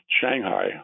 Shanghai